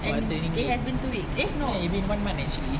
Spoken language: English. for our training week no it been one month actually